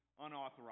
Unauthorized